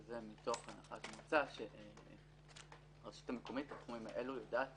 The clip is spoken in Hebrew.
וזה מתוך הנחת מוצא שהרשות המקומית יודעת